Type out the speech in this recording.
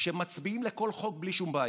שהם מצביעים לכל חוק בלי כל בעיה,